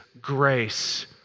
grace